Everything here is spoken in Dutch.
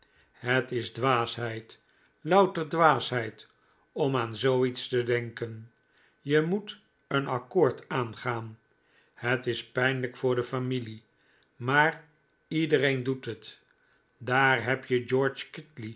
het is dwaasheid louter dwaasheid om aan zooiets te denken je moet een accoord aangaan het is pijnlijk voor de familie maar iedereen doet het daar heb je george